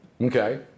Okay